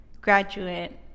graduate